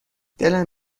دلم